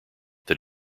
that